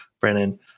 Brandon